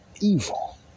evil